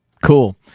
Cool